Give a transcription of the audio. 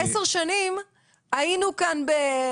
עשר שנים היינו כאן,